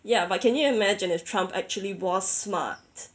ya but can you imagine if trump actually was smart